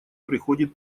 приходит